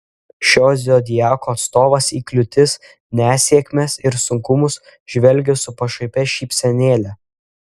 šio zodiako atstovas į kliūtis nesėkmes ir sunkumus žvelgia su pašaipia šypsenėle